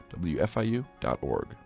wfiu.org